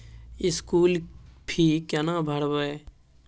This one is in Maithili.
स्कूल फी केना भरबै?